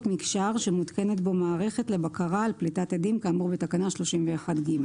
מקשר שמותקנת בו מערכת לבקרה על פליטת אדים כאמור בתקנה 31(ג)".